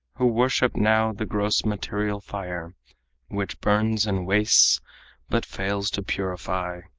who worship now the gross material fire which burns and wastes but fails to purify.